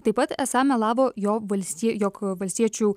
taip pat esą melavo jog valstie jog valstiečių